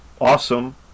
Awesome